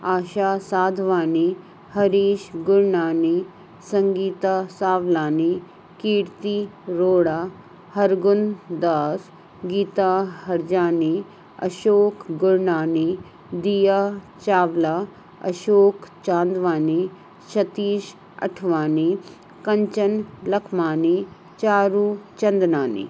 Asha Sadhwani Harish Gurnani Sangeeta Sawlani Kirti Rohra Hargundas Geeta Harjani Ashok Gurnani Diya Chawla Ashok Chandwani Satish Athwani Kanchan Lakhmani Charu Chandnani